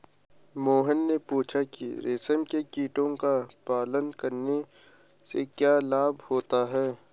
मोहन ने पूछा कि रेशम के कीड़ों का पालन करने से क्या लाभ होता है?